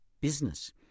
business